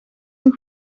een